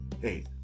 hey